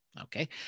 Okay